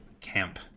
camp